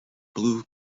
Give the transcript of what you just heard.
blue